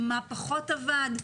מה פחות עבד,